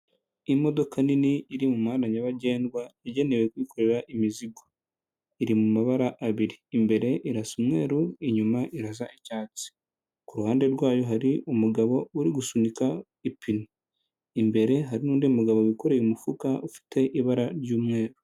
Imodoka nini iri mu mwanya nyabagendwa igenewe kwiyikorera imizigo, iri mu mabara abiri imbere irasa umweru, inyuma icyatsi, ku ruhande rwayo hari umugabo uri gusunika ipine imbere hari n'undi mugabo wikoreye umufuka ufite ibara ry'umweru.